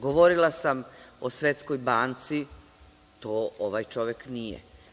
Govorila sam o Svetskoj banci, to ovaj čovek nije.